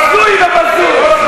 הזוי ובזוי.